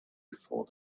before